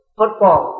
football